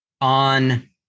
on